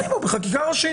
שימו בחקיקה ראשית.